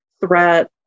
threat